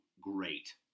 great